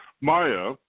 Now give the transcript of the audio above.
Maya